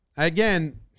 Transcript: Again